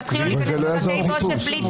תתחילו להיכנס בלי צו